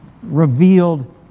revealed